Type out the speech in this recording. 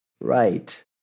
right